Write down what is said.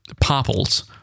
popples